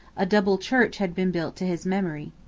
a double church had been built to his memory.